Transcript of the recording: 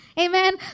Amen